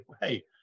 hey